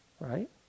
right